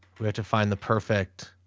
we have to find the perfect